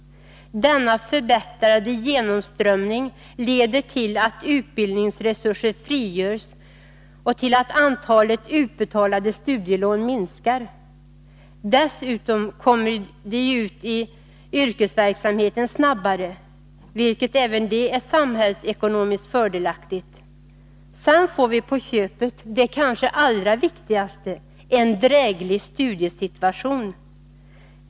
Denna förbättrade genomströmning leder till att utbildningsresurser frigörs och till att antalet utbetalade studielån minskar. Dessutom kommer ju de studerande ut i yrkesverksamhet snabbare, vilket även det är samhällsekonomiskt fördelaktigt. Sedan får vi på köpet det kanske allra viktigaste — en drägligare studiesituation.